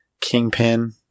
Kingpin